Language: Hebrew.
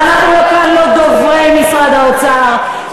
ואנחנו כאן לא דוברי משרד האוצר,